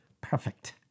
perfect